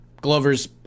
Glover's